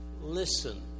listen